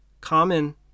common